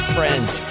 friends